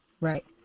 Right